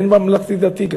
הן בממלכתי-דתי.